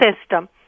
system